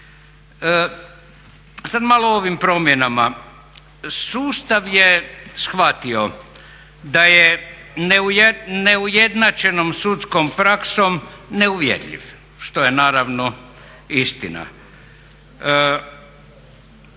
Sad malo o ovim promjenama, sustav je shvatio da je neujednačenom sudskom praksom neuvjerljiv što je naravno istina.